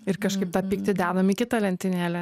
ir kažkaip tą pyktį dedam į kitą lentynėlę